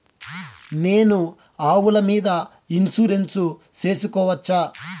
నేను ఆవుల మీద ఇన్సూరెన్సు సేసుకోవచ్చా?